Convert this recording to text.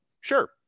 sure